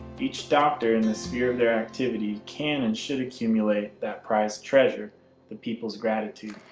each doctor in the sphere of their activity can and should accumulate that prized treasure the people's gratitude.